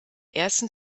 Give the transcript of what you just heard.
ersten